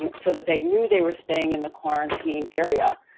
um so that they knew they were staying in the quarantine area.